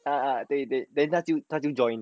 ah 对对对 then 他进